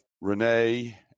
Renee